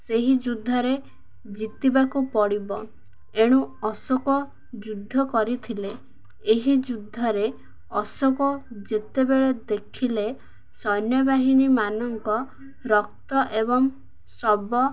ସେହି ଯୁଦ୍ଧରେ ଜିତିବାକୁ ପଡ଼ିବ ଏଣୁ ଅଶୋକ ଯୁଦ୍ଧ କରିଥିଲେ ଏହି ଯୁଦ୍ଧରେ ଅଶୋକ ଯେତେବେଳେ ଦେଖିଲେ ସୈନ୍ୟବାହିନୀମାନଙ୍କ ରକ୍ତ ଏବଂ ଶବ